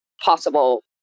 possible